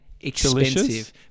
Expensive